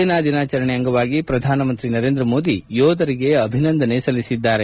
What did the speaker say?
ಸೇನಾ ದಿನಾಚರಣೆ ಅಂಗವಾಗಿ ಪ್ರಧಾನಮಂತ್ರಿ ನರೇಂದ್ರ ಮೋದಿ ಯೋಧರಿಗೆ ಅಭಿನಂದನೆ ಸಲ್ಲಿಸಲ್ಲಿದ್ದಾರೆ